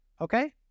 Okay